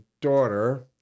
daughter